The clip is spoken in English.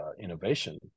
innovation